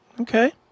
Okay